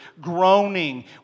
groaning